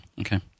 Okay